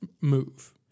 move